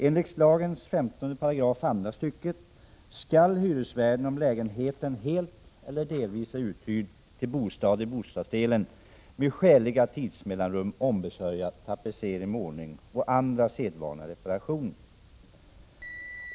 Enligt lagens 15 § 2 stycket skall hyresvärden, om lägenheten helt eller delvis är uthyrd till bostad, i bostadsdelen med skäliga tidsmellanrum ombesörja tapetsering, målning och andra sedvanliga reparationer.